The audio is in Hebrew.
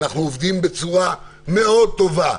אנחנו עובדים בצורה מאוד טובה,